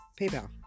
PayPal